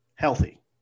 healthy